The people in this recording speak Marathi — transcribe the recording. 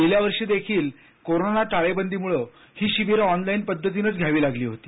गेल्या वर्षी देखील कोरोना टाळेबंदीमुळं ही शिबिरं ऑनलाईन पद्धतीनंच घ्यावी लागली होती